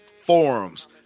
forums